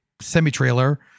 semi-trailer